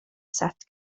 set